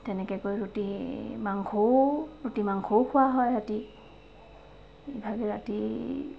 তেনেকৈ কৰি ৰুটি মাংসও ৰুটি মাংসও খোৱা হয় ৰাতি ইভাগে ৰাতি